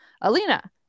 Alina